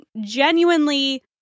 genuinely